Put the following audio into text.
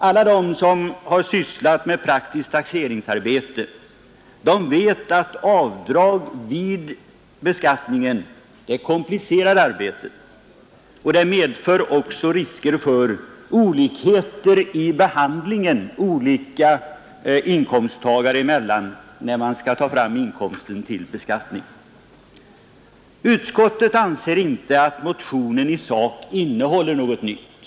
Alla som har sysslat med praktiskt taxeringsarbete vet att avdrag vid beskattningen komplicerar det arbetet och att det även medför risker för olikheter vid behandlingen när man skall räkna fram den beskattningsbara inkomsten för olika inkomsttagare. Utskottet har inte ansett att motionen i sak innehåller något nytt.